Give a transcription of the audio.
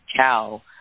cow